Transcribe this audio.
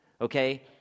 Okay